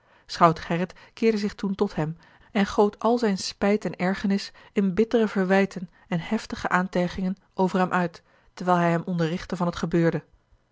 schout gerrit keerde zich toen tot hem en goot al zijne spijt en ergernis in bittere verwijten en heftige aantijgingen over hem uit terwijl hij hem onderrichtte van het gebeurde